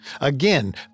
Again